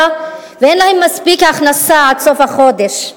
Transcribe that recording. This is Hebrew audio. ואין להם מספיק הכנסה עד סוף החודש.